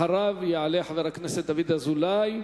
אחריו יעלה חבר הכנסת דוד אזולאי,